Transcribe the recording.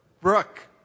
Brooke